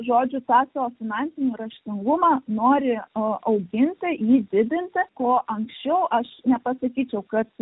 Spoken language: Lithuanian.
žodžiu tą sako finansinį raštingumą nori auginti jį didinti anksčiau aš nepasakyčiau kad